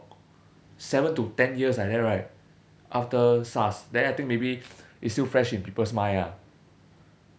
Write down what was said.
seven to ten years like that right after SARS then I think maybe it's still fresh in people's mind ah